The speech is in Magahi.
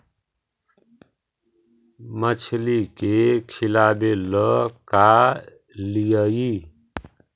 मछली के खिलाबे ल का लिअइ?